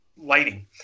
lighting